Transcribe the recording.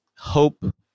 hope